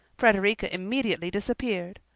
frederica immediately disappeared.